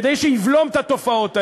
כדי שיבלום את התופעות האלה.